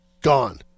gone